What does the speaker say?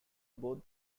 both